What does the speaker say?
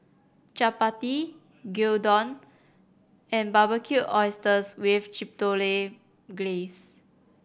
Chapati Gyudon and Barbecued Oysters with Chipotle Glaze